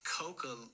coca